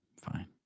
Fine